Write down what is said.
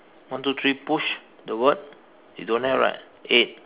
one two three push the word you don't have right eight